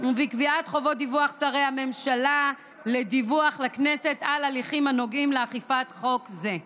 ובקביעת חובה לשרי הממשלה לדווח לכנסת על הליכים הנוגעים לאכיפת חוק זה.